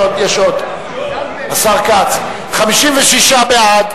החלטת ועדת הכספים בדבר אישור ההוראות